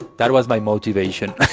that was my motivation